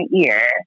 ear